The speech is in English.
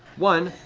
one,